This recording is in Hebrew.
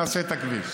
נעשה את הכביש.